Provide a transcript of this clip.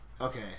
okay